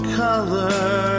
color